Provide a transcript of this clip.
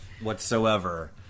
whatsoever